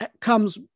comes